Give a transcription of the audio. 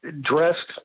dressed